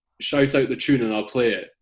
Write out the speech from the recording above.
shout-out-the-tune-and-I'll-play-it